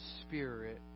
spirit